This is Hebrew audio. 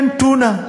כן, טונה,